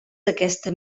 d’aquesta